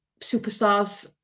superstars